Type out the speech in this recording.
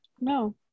No